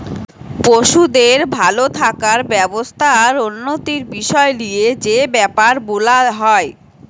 পশুদের ভাল থাকার ব্যবস্থা আর উন্নতির বিষয় লিয়ে যে বেপার বোলা হয়